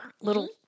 little